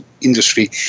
industry